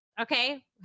Okay